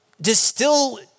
distill